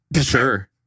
sure